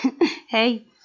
Hey